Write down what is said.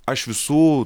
aš visų